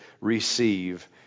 receive